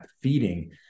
feeding